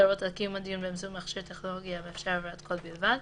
להורות על קיום הדיון באמצעות מכשיר טכנולוגי המאפשר העברת קול בלבד,